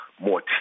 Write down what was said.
more